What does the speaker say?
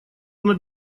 над